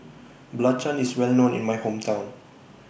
Belacan IS Well known in My Hometown